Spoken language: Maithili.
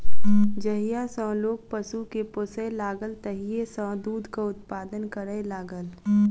जहिया सॅ लोक पशु के पोसय लागल तहिये सॅ दूधक उत्पादन करय लागल